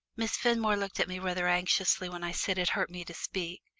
miss fenmore looked at me rather anxiously when i said it hurt me to speak.